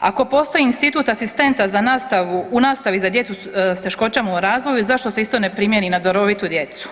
Ako postoji institut asistenta u nastavi za djecu s teškoćama u razvoju zašto se isto ne primijeni na darovitu djecu,